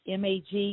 mag